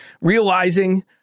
realizing